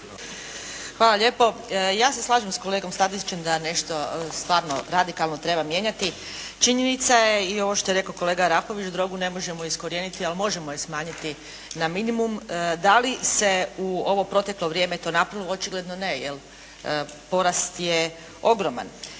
Hvala lijepo. Ja se slažem s kolegom Stazićem da nešto stvarno radikalno treba mijenjati. Činjenica je i ovo što je rekao kolega Arapović da drogu ne možemo iskorijeniti ali možemo je smanjiti na minimum. Da li se u ovo proteklo vrijeme to napravilo? Očigledno ne, jer porast je ogroman.